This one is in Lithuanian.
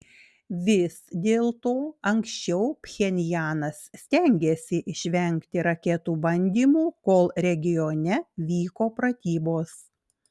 vis dėlto anksčiau pchenjanas stengėsi išvengti raketų bandymų kol regione vyko pratybos